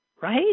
Right